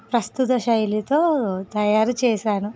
ప్రస్తుత శైలితో తయారు చేశాను